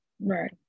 Right